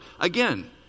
again